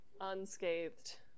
Unscathed